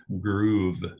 groove